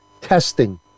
testing